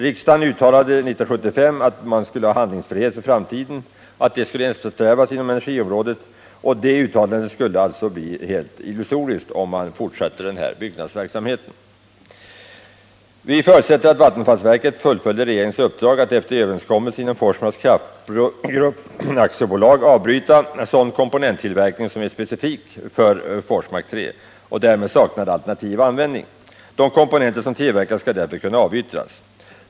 Riksdagens uttalande år 1975 om att handlingsfrihet för framtiden bör eftersträvas inom energiområdet skulle bli helt illusoriskt, om man fortsatte denna byggnadsverksamhet. Vi förutsätter att vattenfallsverket fullföljer regeringens uppdrag att efter överenskommelse inom Forsmarks Kraftgrupp AB avbryta sådan komponenttillverkning som är specifik för Forsmark 3 och därmed saknar alternativ användning. De komponenter som tillverkats skall därför kunna avyttras.